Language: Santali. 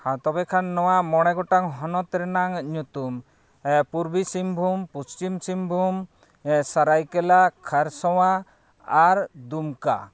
ᱛᱚᱵᱮ ᱠᱷᱟᱱ ᱱᱚᱣᱟ ᱢᱚᱬᱮ ᱜᱚᱴᱟᱝ ᱦᱚᱱᱚᱛ ᱨᱮᱱᱟᱜ ᱧᱩᱛᱩᱢ ᱯᱩᱨᱵᱤ ᱥᱤᱝᱵᱷᱩᱢ ᱯᱚᱥᱪᱤᱢ ᱥᱤᱝᱵᱷᱩᱢ ᱥᱟᱹᱨᱟᱹᱭᱠᱮᱞᱟ ᱠᱷᱟᱨᱥᱟᱣᱟ ᱟᱨ ᱫᱩᱢᱠᱟ